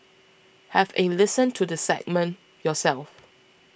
have a listen to the segment yourself